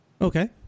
Okay